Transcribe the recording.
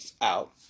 out